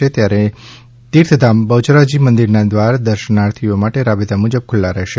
આ નવરાત્રી દરમિયાન તીર્થધામ બહ્યરાજી મંદિરના દ્વાર દર્શનાર્થીઓ માટે રાબેતા મુજબ ખુલ્લા રહેશે